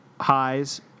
highs